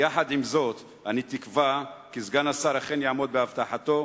ועם זאת אני מקווה כי סגן השר אכן יעמוד בהבטחתו